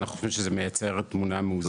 אנחנו חושבים שזה מייצר תמונה מאוזנת.